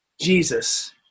Jesus